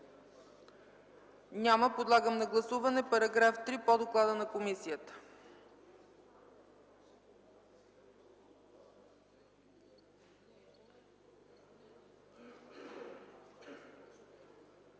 Няма. Подлагам на гласуване § 1 по доклада на комисията.